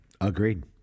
Agreed